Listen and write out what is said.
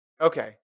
Okay